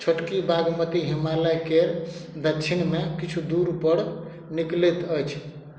छोटकी बागमती हिमालय केर दच्छिणमे किछु दूरपर निकलैत अछि